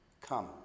Come